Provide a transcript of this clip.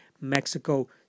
Mexico